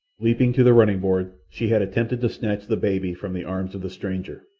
leaping to the running-board, she had attempted to snatch the baby from the arms of the stranger,